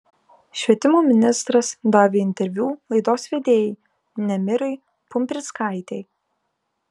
švietimo ministras davė interviu laidos vedėjai nemirai pumprickaitei